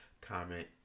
comment